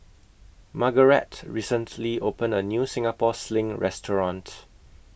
Margarett recently opened A New Singapore Sling Restaurant